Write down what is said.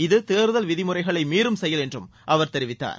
இது தேர்தல் விதிமுறைகளை மீறும் செயல் என்றும் அவர் தெரிவித்தார்